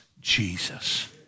jesus